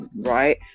right